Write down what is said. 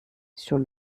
schon